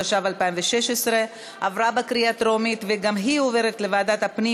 התשע"ו 2016. מי בעד?